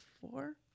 four